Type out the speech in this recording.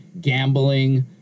gambling